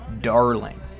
Darling